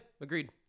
agreed